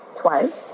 twice